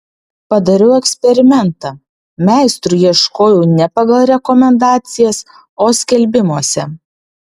padariau eksperimentą meistrų ieškojau ne pagal rekomendacijas o skelbimuose